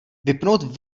vypnout